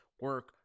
Work